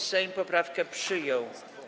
Sejm poprawkę przyjął.